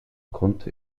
konnte